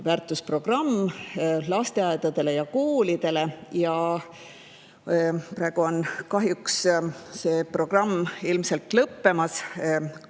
väärtusprogramm lasteaedadele ja koolidele. Praegu on kahjuks see programm ilmselt lõppemas